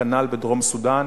כנ"ל בדרום-סודן.